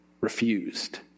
refused